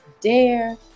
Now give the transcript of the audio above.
Dare